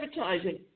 advertising